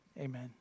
amen